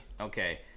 Okay